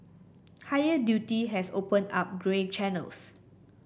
higher duty has opened up grey channels